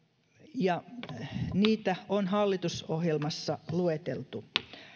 ja niitä on hallitusohjelmassa lueteltu